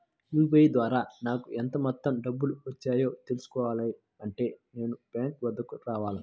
UPI ద్వారా నాకు ఎంత మొత్తం డబ్బులు వచ్చాయో తెలుసుకోవాలి అంటే నేను బ్యాంక్ వద్దకు రావాలా?